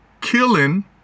killing